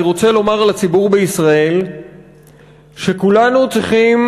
אני רוצה לומר לציבור בישראל שכולנו צריכים